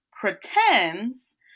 pretends